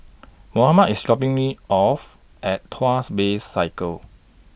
Mohammad IS dropping Me off At Tuas Bay Circle